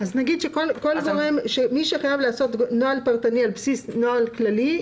מי שחייב לעשות נוהל פרטני על בסיס נוהל כללי,